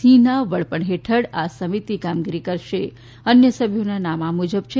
સિંહના વડપણ હેઠળ આ સમિતિ કામગીરી કરશે અન્ય સભ્યોના નામ આ મુજબ છે